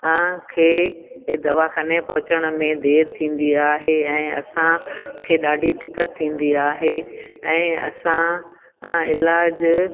तव्हांखे इहा दवाख़ाने पहुचण में देरि थी वेंदी आहे ऐं असां खे ॾाढी दिक़त थींदी आहे ऐं असां इलाजु